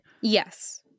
Yes